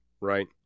right